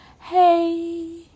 Hey